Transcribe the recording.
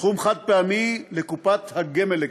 סכום חד-פעמי לקופת הגמל לקצבה.